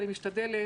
אני משתדלת